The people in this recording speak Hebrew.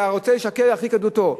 והרוצה לשקר ירחיק עדותו.